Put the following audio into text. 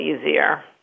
easier